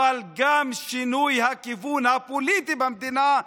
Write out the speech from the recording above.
אבל גם שינוי של הכיוון הפוליטי במדינה,